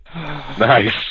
nice